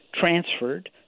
transferred